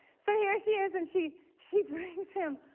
so here she is and she she brings him